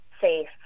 safe